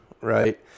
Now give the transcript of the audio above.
right